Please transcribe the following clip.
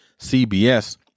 CBS